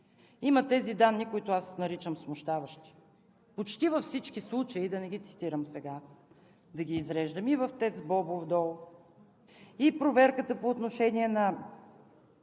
има тези данни, които аз наричам смущаващи. Почти във всички случаи – да не ги цитирам и изреждам сега, и в ТЕЦ „Бобов дол“, и проверката по отношение на